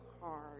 hard